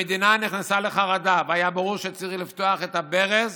המדינה נכנסה לחרדה והיה ברור שצריך לפתוח את הברז